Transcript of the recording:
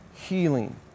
Healing